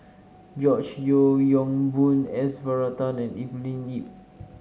George Yeo Yong Boon S Varathan and Evelyn Lip